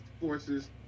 forces